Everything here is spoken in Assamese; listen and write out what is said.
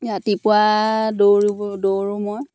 ৰাতিপুৱা দৌৰ দৌৰোঁ মই